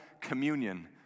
communion